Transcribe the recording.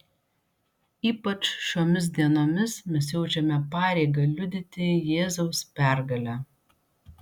ypač šiomis dienomis mes jaučiame pareigą liudyti jėzaus pergalę